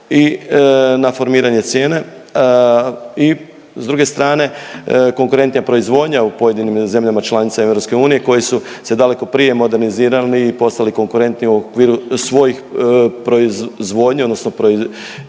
i na formiranje cijene i s druge strane konkurentnija proizvodnja u pojedinim zemljama članicama EU koje su se daleko prije modernizirali i postali konkurentni u okviru svojih proizvodnje odnosno proizvođača